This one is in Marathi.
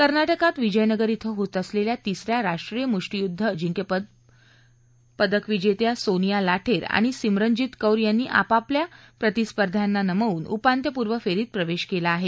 कर्नाटकात विजयनगर इथं होत असलेल्या तिस या राष्ट्रीय मुष्टीयुद्ध अजिंक्यपद पदकविजेत्या सोनिया लाठेर आणि सिमरनजीत कौर यांनी आपापल्या प्रतिस्पर्ध्यांना नमवून उपांत्यपूर्व फेरीत प्रवेश केला आहे